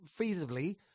feasibly